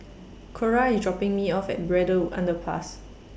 Cora IS dropping Me off At Braddell Underpass